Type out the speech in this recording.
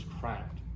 cracked